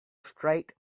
straight